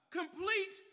complete